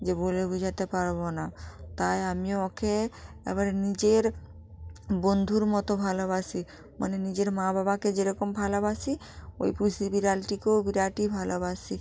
যে বলে বোঝাতে পারব না তাই আমি ওকে এবারে নিজের বন্ধুর মতো ভালোবাসি মানে নিজের মা বাবাকে যেরকম ভালোবাসি ওই পুষি বিড়ালটিকেও বিরাটই ভালোবাসি